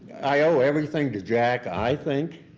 i owe everything to jack, i think.